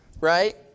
Right